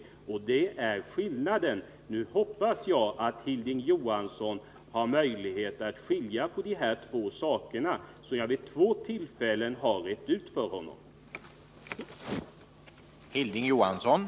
Det är detta som är skillnaden, och nu hoppas jag att Hilding Johansson, sedan jag vid två tillfällen försökt reda ut detta för honom, kan skilja på dessa båda saker.